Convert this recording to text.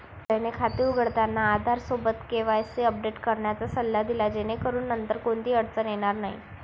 जयने खाते उघडताना आधारसोबत केवायसी अपडेट करण्याचा सल्ला दिला जेणेकरून नंतर कोणतीही अडचण येणार नाही